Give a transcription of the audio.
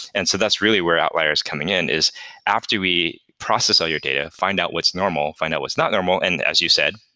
and so that's really were outlier is coming in, is after we process all your data, find out what's normal, find out what's not normal, and as you said,